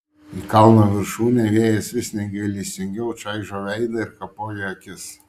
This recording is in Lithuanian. į kalno viršūnę vėjas vis negailestingiau čaižo veidą ir kapoja akis